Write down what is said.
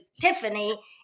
Tiffany